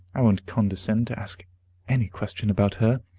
i won't condescend to ask any question about her.